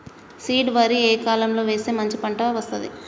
Seed వరి ఏ కాలం లో వేస్తే మంచి పంట వస్తది?